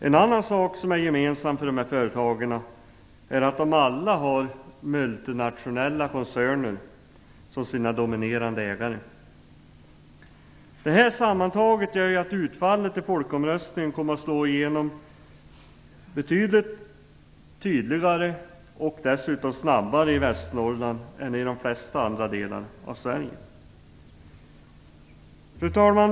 En annan sak som är gemensam för de här företagen är att de alla har multinationella koncerner som dominerande ägare. Det här sammantaget gör att utfallet i folkomröstningen kommer att slå igenom tydligare och snabbare i Västernorrland än i de flesta andra delarna av Sverige.